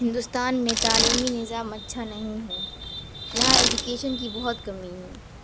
ہندوستان میں تعلیمی نظام اچھا نہیں ہے یہاں ایجوکیشن کی بہت کمی ہے